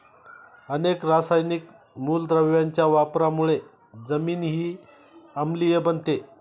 अनेक रासायनिक मूलद्रव्यांच्या वापरामुळे जमीनही आम्लीय बनते